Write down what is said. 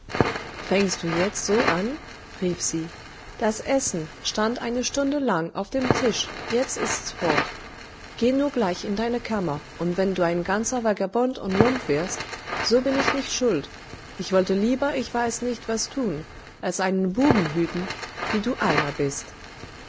fängst du jetzt so an rief sie das essen stand eine stunde lang auf dem tisch jetzt ist's fort geh nur gleich in deine kammer und wenn du ein ganzer vagabund und lump wirst so bin ich nicht schuld ich wollte lieber ich weiß nicht was tun als einen buben hüten wie du einer bist